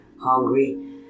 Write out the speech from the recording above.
hungry